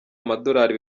amadolari